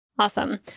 Awesome